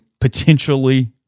potentially